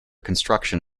construction